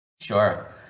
Sure